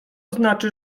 znaczy